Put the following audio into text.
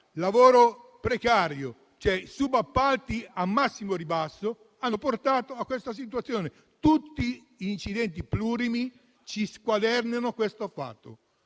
lavoro precario e subappalti al massimo ribasso hanno portato all'attuale situazione. Tutti gli incidenti plurimi ci squadernano questo fatto.